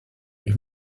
ich